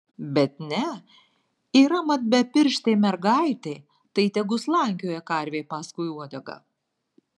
bet ne yra mat bepirštė mergaitė tai tegu slankioja karvei paskui uodegą